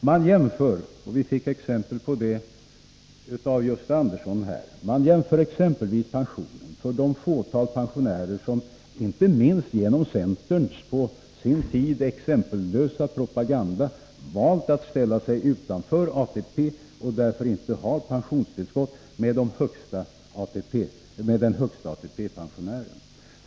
Vi fick exempel på detta nyss av Gösta Andersson. Man jämför exempelvis pensionen för det fåtal pensionärer som inte minst genom centerns på sin tid exempellösa propaganda valt att ställa sig utanför ATP och därför inte har pensionstillskott med den högsta ATP-pensionären.